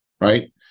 right